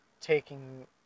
taking